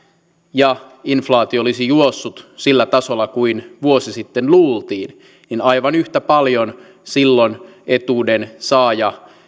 ja inf laatio olisi juossut sillä tasolla kuin vuosi sitten luultiin niin aivan yhtä paljon silloin siinä suunnitellussa tilanteessa etuuden saaja